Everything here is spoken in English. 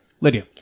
Lydia